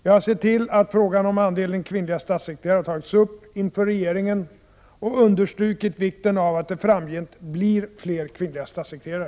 Jag har sett till att frågan om andelen kvinnliga statssekreterare har tagits upp inför regeringen och understrukit vikten av att det framgent blir fler kvinnliga statssekreterare.